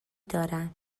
دارم